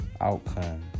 outcome